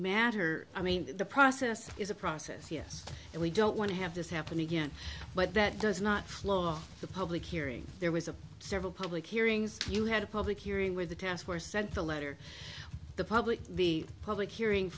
matter i mean the process is a process yes and we don't want to have this happen again but that does not flow the public hearing there was a several public hearings you had a public hearing where the task force sent a letter the public the public hearing